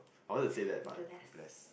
I wanted to say that but bless